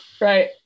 Right